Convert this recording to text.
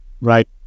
right